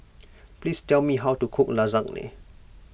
please tell me how to cook Lasagne